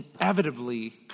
inevitably